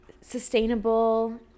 sustainable